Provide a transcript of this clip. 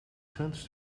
grens